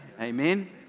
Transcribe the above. Amen